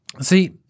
See